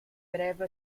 breve